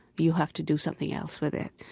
you have to do something else with it.